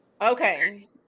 Okay